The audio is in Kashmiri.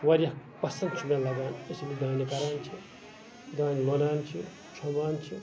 واریاہ پَسَنٛد چھُ مےٚ لَگان أسۍ ییٚلہِ یہِ دانہِ کَران چھِ دانہِ لۄنان چھِ چھۄمبان چھِ